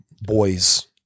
boys